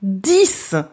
dix